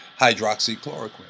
hydroxychloroquine